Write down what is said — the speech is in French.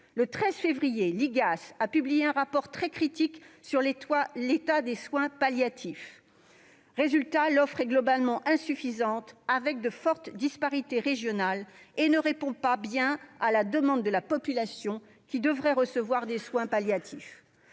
Le 13 février dernier, l'IGAS a publié un rapport très critique sur l'état des soins palliatifs. Résultat, l'offre « est globalement insuffisante », de fortes disparités régionales étant constatées, « et ne répond pas bien à la demande de la population qui devrait recevoir des soins palliatifs